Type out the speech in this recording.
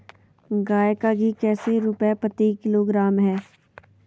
गाय का घी कैसे रुपए प्रति किलोग्राम है?